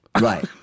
Right